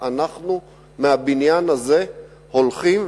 מהבניין הזה אנחנו הולכים,